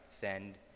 send